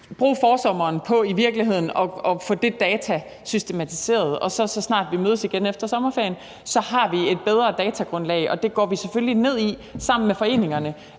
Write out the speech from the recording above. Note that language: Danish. bruge forsommeren på i virkeligheden at få de data systematiseret, så vi, så snart vi mødes efter sommerferien, har et bedre datagrundlag. Det går vi selvfølgelig ned i sammen med foreningerne.